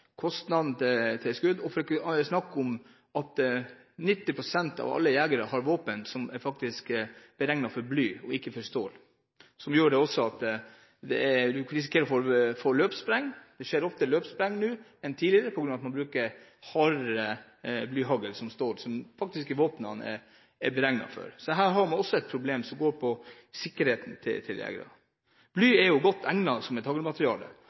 og på kostnaden for skudd – for ikke å snakke om at 90 pst. av alle jegere har våpen som er beregnet for blyhagl og ikke for stålhagl, som gjør at man risikerer å få løpsspreng. Det skjer oftere løpsspreng nå enn tidligere fordi man bruker stålhagl, som våpnene faktisk ikke er beregnet for. Så her har man et problem som går på sikkerheten til jegerne. Bly er godt egnet som